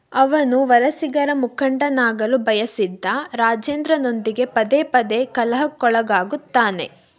ಅವನು ವಲಸಿಗರ ಮುಖಂಡನಾಗಲು ಬಯಸಿದ್ದ ರಾಜೇಂದ್ರನೊಂದಿಗೆ ಪದೇ ಪದೇ ಕಲಹಕ್ಕೊಳಗಾಗುತ್ತಾನೆ